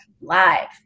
live